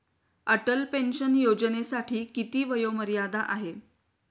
Atal pension योजनेसाठी किती वयोमर्यादा आहे?